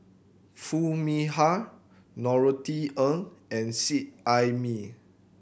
Foo Mee Har Norothy Ng and Seet Ai Mee